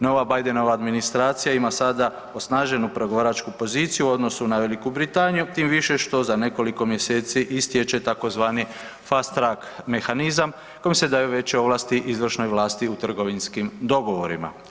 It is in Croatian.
Nova Bidenova administracija ima sada osnaženu pregovaraču poziciju u odnosu na Veliku Britaniju tim više što za nekoliko mjeseci istječe tzv. Fast Track mehanizam kojim se daju veće ovlasti izvršnoj vlasti u trgovinskim dogovorima.